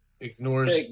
ignores